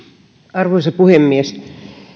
arvoisa puhemies